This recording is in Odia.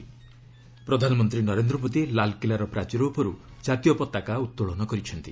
ପ୍ରଧାନମନ୍ତ୍ରୀ ନରେନ୍ଦ୍ର ମୋଦି ଲାଲ୍କିଲ୍ଲାର ପ୍ରାଚୀର ଉପରୁ ଜାତୀୟ ପତାକା ଉତ୍ତୋଳନ କରିଛନ୍ତି